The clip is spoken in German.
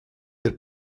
der